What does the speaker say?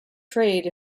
trade